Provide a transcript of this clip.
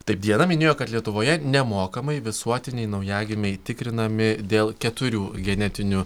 taip diana minėjo kad lietuvoje nemokamai visuotiniai naujagimiai tikrinami dėl keturių genetinių